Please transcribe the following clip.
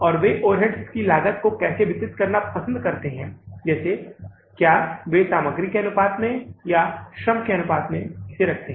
और वे ओवरहेड्स की लागत को कैसे वितरित करना पसंद करते हैं जैसे क्या वे सामग्री के अनुपात के रूप में या श्रम के अनुपात के रूप में